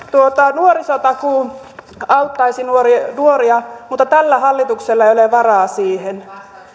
nuorisotakuu auttaisi nuoria nuoria mutta tällä hallituksella ei ole varaa siihen